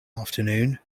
afternoon